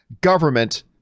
government